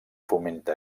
fomenta